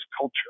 culture